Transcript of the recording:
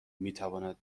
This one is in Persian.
میتواند